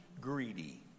greedy